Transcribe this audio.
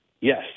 Yes